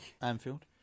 Anfield